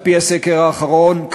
על-פי הסקר האחרון,